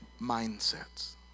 Mindsets